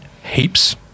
Heaps